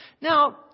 Now